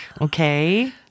Okay